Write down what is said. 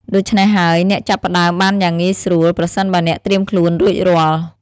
ដូច្នេះហើយ អ្នកអាចចាប់ផ្តើមបានយ៉ាងងាយស្រួល ប្រសិនបើអ្នកត្រៀមខ្លួនរួចរាល់។